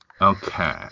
Okay